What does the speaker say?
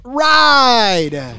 ride